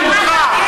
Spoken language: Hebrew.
היא נמוכה,